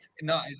No